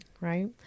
Right